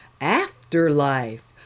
afterlife